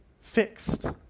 fixed